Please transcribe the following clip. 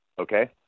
okay